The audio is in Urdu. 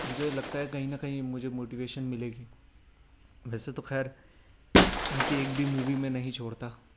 مجھے لگتا ہے کہیں نہ کہیں مجھے موٹیویشن ملے گی ویسے تو خیر ان کی ایک بھی مووی میں نہیں چھوڑتا